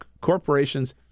corporations